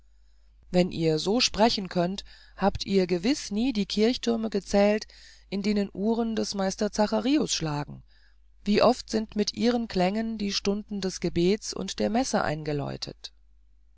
wenn ihr so sprechen könnt habt ihr gewiß nie die kirchthürme gezählt in denen uhren des meister zacharius schlagen wie oft sind mit ihren klängen die stunden des gebets und der messe eingeläutet